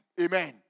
Amen